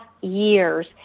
years